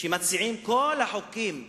שמציעים את כל החוקים בישראל,